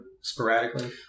sporadically